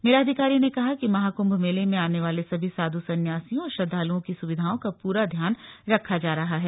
मेलाधिकारी ने कहा कि महाकुम्भ मेले में आने वाले सभी साधु सन्यासियों और श्रद्वालुओं की सुविधाओं का पूरा ध्यान रखा जा रहा है